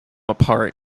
apart